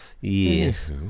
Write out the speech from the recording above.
Yes